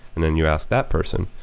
then you ask that person.